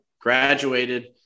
graduated